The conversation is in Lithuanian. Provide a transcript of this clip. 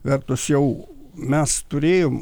vertus jau mes turėjom